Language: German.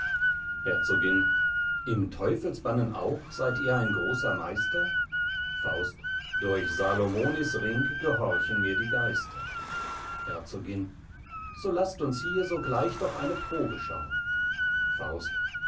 herzogin im teufelsbannen auch seid ihr ein großer meister faust durch salomonis ring gehorchen mir die geister herzogin so laßt uns hier sogleich doch eine probe schauen faust